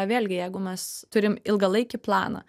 vėlgi jeigu mes turim ilgalaikį planą